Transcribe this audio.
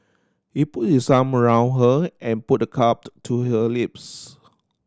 he put his arm around her and put the cupped to her lips